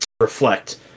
reflect